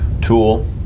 tool